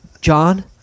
John